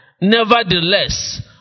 nevertheless